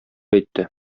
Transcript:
әйтте